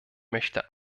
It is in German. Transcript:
möchte